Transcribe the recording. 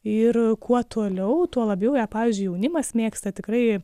ir kuo toliau tuo labiau ją pavyzdžiui jaunimas mėgsta tikrai